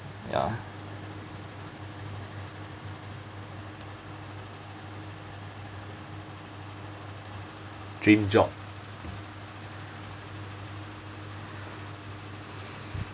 ya dream job